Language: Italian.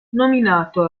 nominato